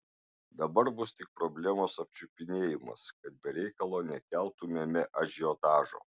dabar bus tik problemos apčiupinėjimas kad be reikalo nekeltumėme ažiotažo